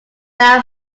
now